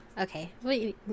Okay